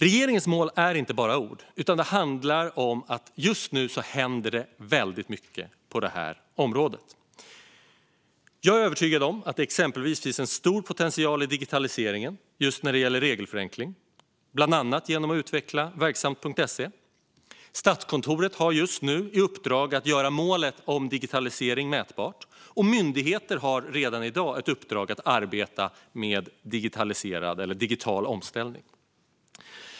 Regeringens mål är inte bara ord, utan de handlar om att det just nu händer väldigt mycket på det här området. Jag är övertygad om att det exempelvis finns stor potential i digitaliseringen när det gäller just regelförenkling, bland annat genom att verksamt.se utvecklas. Statskontoret har just nu i uppdrag att göra målet om digitalisering mätbart, och myndigheter har redan i dag ett uppdrag att arbeta med digital omställning.